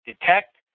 detect